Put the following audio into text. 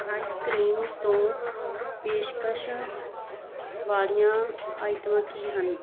ice cream ਤੋਂ ਪੇਸ਼ਕਸ਼ ਵਾਲੀਆਂ ਆਈਟਮਾਂ ਕੀ ਹਨ